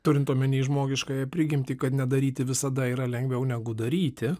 turint omeny žmogiškąją prigimtį kad nedaryti visada yra lengviau negu daryti